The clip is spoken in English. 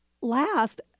last